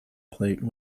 plate